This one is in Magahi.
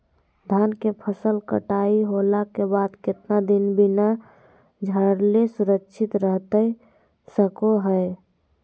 धान के फसल कटाई होला के बाद कितना दिन बिना झाड़ले सुरक्षित रहतई सको हय?